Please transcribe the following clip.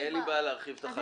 לי אין בעיה להרחיב את החקיקה.